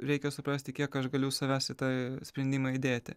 reikia suprasti kiek aš galiu savęs į tą sprendimą įdėti